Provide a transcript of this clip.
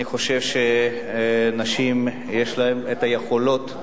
אני חושב שלנשים יש את היכולות,